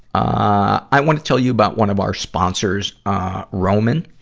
i wanna tell you about one of our sponsors roman.